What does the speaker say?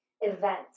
event